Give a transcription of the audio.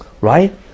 Right